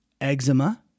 eczema